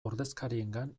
ordezkariengan